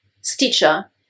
Stitcher